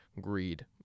greed